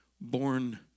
born